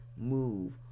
move